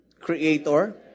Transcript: Creator